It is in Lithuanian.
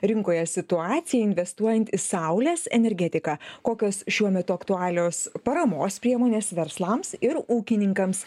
rinkoje situacija investuojant į saulės energetiką kokios šiuo metu aktualios paramos priemonės verslams ir ūkininkams